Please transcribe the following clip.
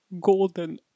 golden